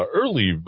early